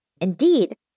Indeed